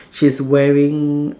she's wearing